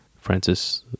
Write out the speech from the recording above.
Francis